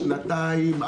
שנתיים,